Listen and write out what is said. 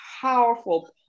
powerful